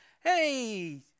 Hey